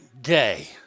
day